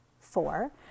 Four